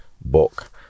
book